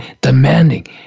demanding